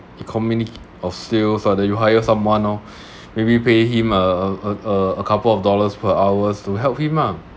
E communi~ or sales lor then you hire someone lor maybe pay him a a a couple of dollars per hours to help him ah